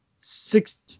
six